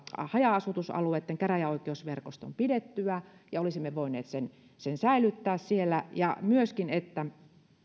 haja asutusalueitten käräjäoikeusverkoston pidettyä ja että olisimme voineet sen sen säilyttää siellä ja että